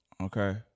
Okay